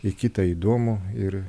į kitą įdomų ir